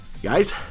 Guys